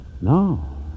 No